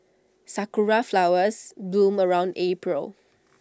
Sakura Flowers bloom around April